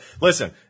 listen